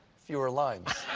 fewer lines.